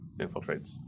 infiltrates